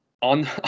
on